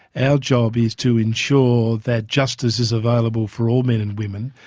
our job is to ensure that justice is available for all men and women,